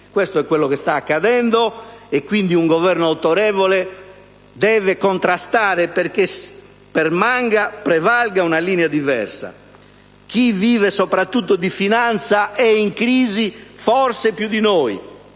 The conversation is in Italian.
Questo è quello che sta accadendo, e quindi serve un Governo autorevole perché prevalga una linea diversa. Chi vive soprattutto di finanza è in crisi forse più di noi